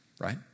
right